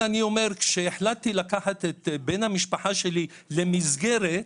כשהחלטתי לקחת את בן המשפחה שלי למסגרת,